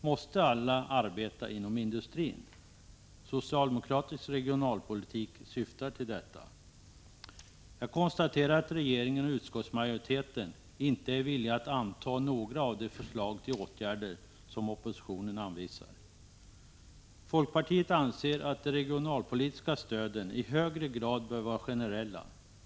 Måste alla arbeta inom industrin? Socialdemokratisk regionalpolitik syftar till detta. Jag konstaterar att regeringen och utskottsmajoriteten inte är villiga att anta några av de förslag till åtgärder som oppositionen anvisar. Folkpartiet anser att de regionalpolitiska stöden i högre grad bör vara - generella.